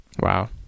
Wow